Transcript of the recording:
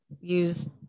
use